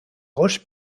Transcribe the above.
roches